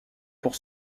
pour